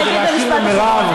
אני אגיד במשפט אחרון.